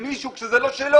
אם אתם מוכנים, אני אפצל את זה.